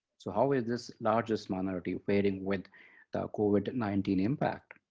so how is this largest minority faring with the covid nineteen impact?